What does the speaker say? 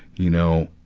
you know,